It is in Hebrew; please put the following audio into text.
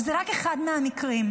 וזה רק אחד מהמקרים.